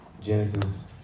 Genesis